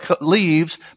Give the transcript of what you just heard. leaves